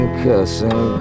cussing